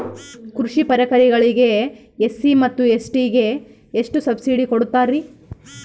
ಕೃಷಿ ಪರಿಕರಗಳಿಗೆ ಎಸ್.ಸಿ ಮತ್ತು ಎಸ್.ಟಿ ಗೆ ಎಷ್ಟು ಸಬ್ಸಿಡಿ ಕೊಡುತ್ತಾರ್ರಿ?